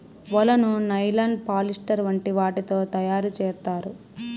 వలను nylon, polyester వంటి వాటితో తయారు చేత్తారు